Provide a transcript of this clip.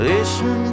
Listen